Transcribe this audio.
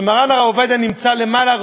כשמרן הרב עובדיה נמצא למעלה,